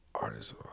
artists